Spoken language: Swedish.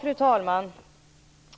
Fru talman!